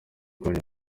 urwanya